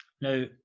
now